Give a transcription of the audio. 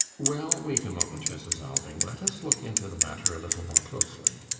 well, wait a moment, mrs. alving. let us look into the matter a little more closely.